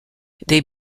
they